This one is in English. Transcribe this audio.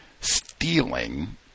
stealing